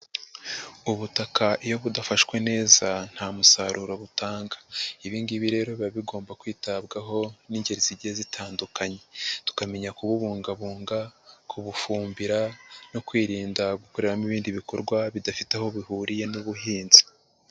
Ubutaka iyo budafashwe neza nta musaruro butanga, Ibi ngibi rero biba bigomba kwitabwaho n'ingeri zigiye zitandukanye. Tukamenya kububungabunga, kubufumbira no kwirinda gukoreramo ibindi bikorwa bidafite aho bihuriye n'ubuhinzi.